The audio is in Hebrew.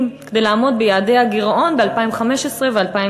כדי לעמוד ביעדי הגירעון ב-2015 וב-2016.